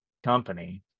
company